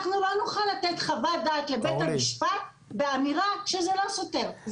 לא נוכל לתת חוות דעת לבית המשפט באמירה שזה לא סותר.